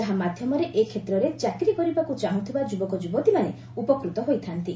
ଯାହା ମାଧ୍ୟମରେ ଏ କ୍ଷେତ୍ରରେ ଚାକିରୀ କରିବାକୁ ଚାହୁଁଥିବା ଯୁବକଯୁବତୀମାନେ ଉପକୃତ ହୋଇଥାନ୍ତି